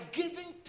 giving